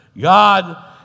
God